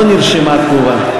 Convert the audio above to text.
לא נרשמה תגובה.